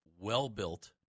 Well-built